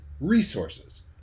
resources